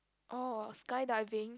oh sky diving